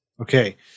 Okay